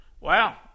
Wow